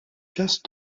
just